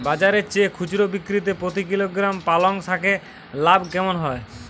বাজারের চেয়ে খুচরো বিক্রিতে প্রতি কিলোগ্রাম পালং শাকে লাভ কেমন হয়?